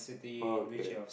okay